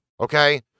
Okay